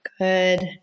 good